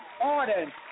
order